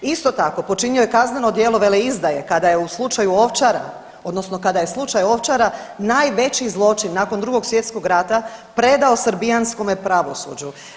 Isto tako, počinio je kazneno djelo veleizdaje kada je u slučaju Ovčara, odnosno kada je slučaj Ovčara, najveći zločin nakon II. svj. rata predao srbijanskome pravosuđu.